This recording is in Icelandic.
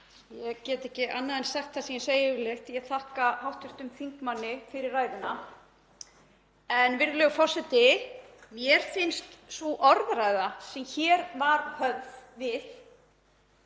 Ég get ekki annað en sagt það sem ég segi yfirleitt: Ég þakka hv. þingmanni fyrir ræðuna. En virðulegur forseti, mér finnst sú orðræða sem hér var höfð við